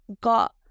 got